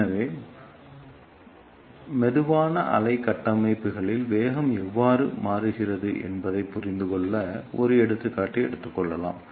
எனவே மெதுவான அலை கட்டமைப்புகளில் வேகம் எவ்வாறு மாறுகிறது என்பதைப் புரிந்து கொள்ள ஒரு எடுத்துக்காட்டு எடுத்துக்கொள்வோம்